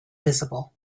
visible